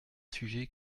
sujet